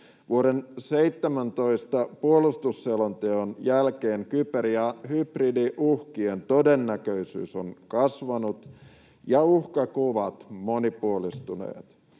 Vuoden 2017 puolustusselonteon jälkeen kyber- ja hybridiuhkien todennäköisyys on kasvanut ja uhkakuvat monipuolistuneet.